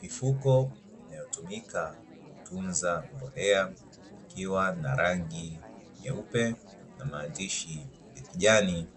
Mifuko inayotumika kutunza mbolea ikiwa na rangi nyeupe na maandishi ya kijani,